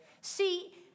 See